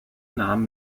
namen